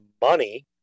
money